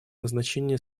назначение